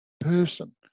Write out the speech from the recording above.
person